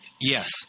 Yes